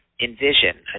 envision